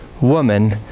woman